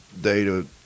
data